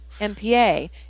MPA